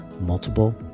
multiple